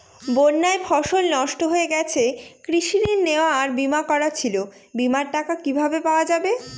বন্যায় ফসল নষ্ট হয়ে গেছে কৃষি ঋণ নেওয়া আর বিমা করা ছিল বিমার টাকা কিভাবে পাওয়া যাবে?